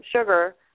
sugar